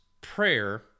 prayer